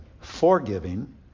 forgiving